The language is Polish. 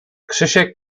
krzysiek